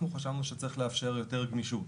אנחנו חשבנו שצריך לאפשר יותר גמישות,